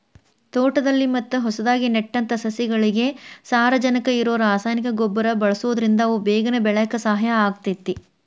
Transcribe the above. ತೋಟದಲ್ಲಿ ಮತ್ತ ಹೊಸದಾಗಿ ನೆಟ್ಟಂತ ಸಸಿಗಳಿಗೆ ಸಾರಜನಕ ಇರೋ ರಾಸಾಯನಿಕ ಗೊಬ್ಬರ ಬಳ್ಸೋದ್ರಿಂದ ಅವು ಬೇಗನೆ ಬೆಳ್ಯಾಕ ಸಹಾಯ ಆಗ್ತೇತಿ